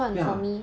ya